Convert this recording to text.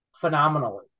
phenomenally